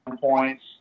points